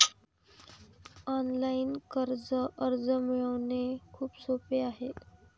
online कर्ज अर्ज मिळवणे खूप सोपे आहे